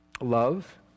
love